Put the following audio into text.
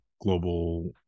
global